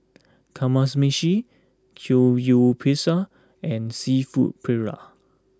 Kamameshi Samgyeopsal and Seafood Paella